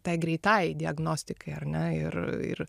tai greitai diagnostikai ar ne ir ir